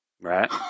right